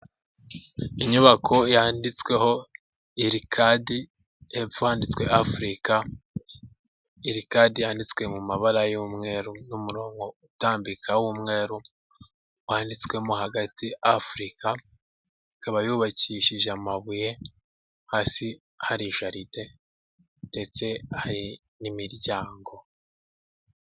Inyubako yanditsweho elicadi, hepfo handitswe africa. Elicadi yanditswe mu mabara y'umweru n'umurongo utambika w'umweru, wanditswemo hagati afrika ikaba yubakishije amabuye. Hasi hari jalide ndetse hari n'imiryango.